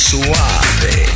Suave